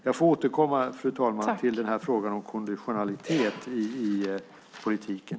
Jag återkommer till frågan om konditionalitet i politiken.